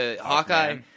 Hawkeye